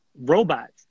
robots